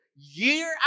year